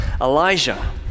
Elijah